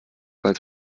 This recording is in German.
als